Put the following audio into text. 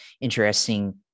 interesting